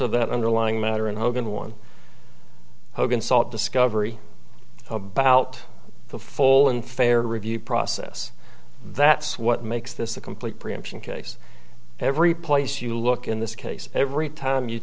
of that underlying matter and hogan one hogan sought discovery about the full and fair review process that's what makes this a complete preemption case every place you look in this case every time you